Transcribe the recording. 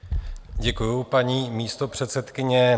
Děkuji, paní místopředsedkyně.